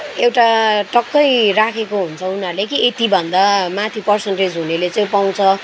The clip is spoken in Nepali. एउटा टक्कै राखेको हुन्छ उनीहरूले कि यतिभन्दा माथि पर्सेन्टेज हुनेले चाहिँ पाउँछ